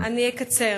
אני אקצר.